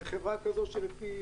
וחברה כזו, שלפי